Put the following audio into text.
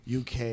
UK